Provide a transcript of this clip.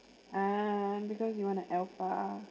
ah because you want to alpha